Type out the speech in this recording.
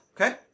Okay